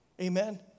Amen